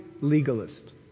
legalist